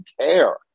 care